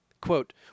Quote